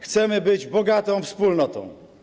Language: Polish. Chcemy być bogatą wspólnotą.